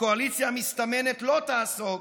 הקואליציה המסתמנת לא תעסוק.